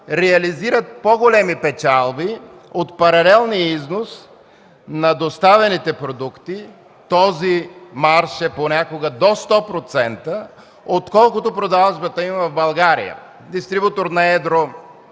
реализират по-големи печалби от паралелния износ на доставените продукт – този марж е понякога до 100%, отколкото продажбата им в България. Дистрибутор на едро